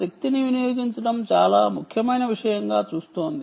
శక్తిని వినియోగించడం చాలా ముఖ్యమైన విషయంగా చెప్పవచ్చు